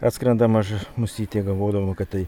atskrenda maža nosytė galvodama kad tai